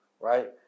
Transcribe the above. right